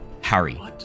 Harry